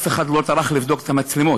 אף אחד לא טרח לבדוק את המצלמות.